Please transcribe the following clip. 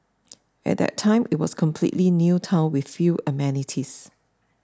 at that time it was a completely new town with few amenities